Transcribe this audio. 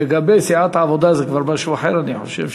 לגבי סיעת העבודה זה כבר משהו אחר, אני חושב,